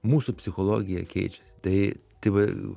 mūsų psichologija keičiasi tai tai va